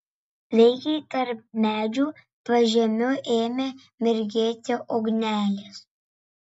veikiai tarp medžių pažemiu ėmė mirgėti ugnelės